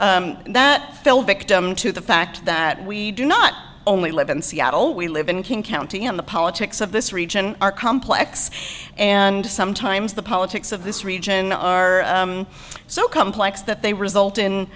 that fell victim to the fact that we do not only live in seattle we live in king county and the politics of this region are complex and sometimes the politics of this region are so complex that they result